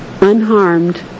unharmed